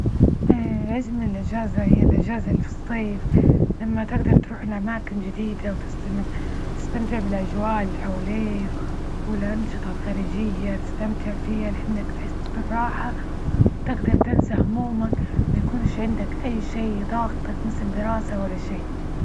أجمل الإجازة، هي الإجازة اللي في الصيف لما تجدر تروح لأماكن جديدة وتستمع، تستمتع بالأجواء اللي حواليك ، والأنشطة الخارجية تستمتع فيها لأنك تحس بالراحة وتجدر تنسى همومك، ما يكونش عندك أي شي، ضاغطك مثل دراسة ولا شي.